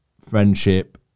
friendship